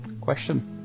question